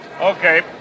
Okay